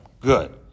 Good